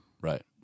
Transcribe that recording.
right